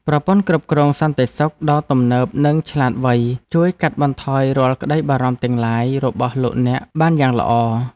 ប្រព័ន្ធគ្រប់គ្រងសន្តិសុខដ៏ទំនើបនិងឆ្លាតវៃជួយកាត់បន្ថយរាល់ក្តីបារម្ភទាំងឡាយរបស់លោកអ្នកបានយ៉ាងល្អ។